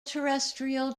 terrestrial